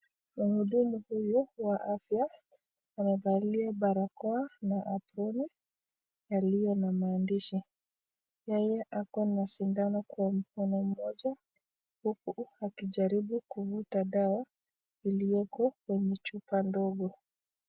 Mhudumu huyu wa afya anavalia barakoa na aproni yaliyo na maandishi, yeye ako na sindano kwa mkono mmoja huku akijaribu kuvuta dawa iliyoko kwenye chupa ndogo.